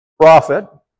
prophet